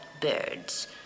birds